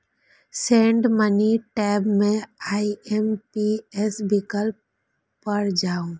send money tab मे IMPS विकल्प पर जाउ